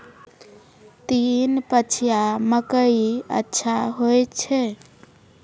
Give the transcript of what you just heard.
तीन पछिया मकई अच्छा होय छै?